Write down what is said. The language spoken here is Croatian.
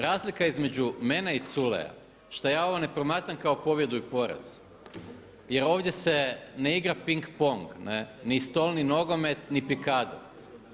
Razlika između mene i Culeja je što ja ovo ne promatram kao pobjedu i poraz jer ovdje se ne igra ping pong, ni stolni nogomet, ni pikado.